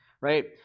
right